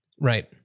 Right